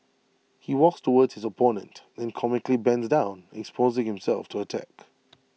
he walks towards his opponent then comically bends down exposing himself to attack